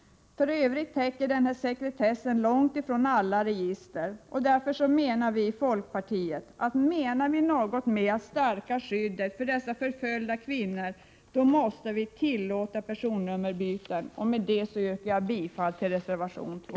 För övrigt täcker denna sekretess långt ifrån alla register. Därför anser folkpartiet, att om vi menar något med att skyddet skall stärkas för dessa förföljda kvinnor måste vi tillåta personnummerbyten. Med detta yrkar jag bifall till reservation 2.